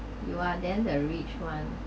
you are then the rich one